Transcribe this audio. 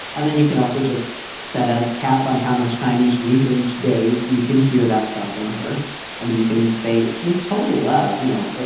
and then you can also just set a cap on how much time each week or each day. you can hear that stuff from her and you can say with total love, you know,